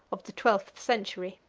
of the twelfth century.